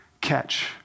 catch